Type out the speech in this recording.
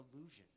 illusion